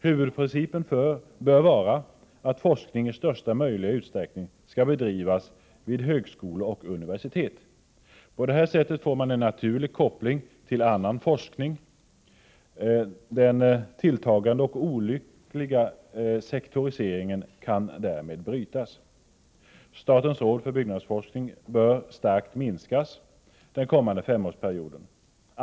Huvudprincipen bör vara att forskning i största möjliga utsträckning skall bedrivas vid högskolor och universitet. På detta sätt får man en naturlig koppling till annan forskning. Den tilltagande och olyckliga sektoriseringen kan därmed brytas. Statens råd för byggnadsforskning bör starkt minskas den kommande femårsperioden.